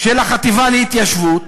של החטיבה להתיישבות